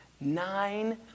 nine